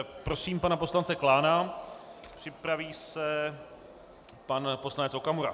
Prosím pana poslance Klána, připraví se pan poslanec Okamura.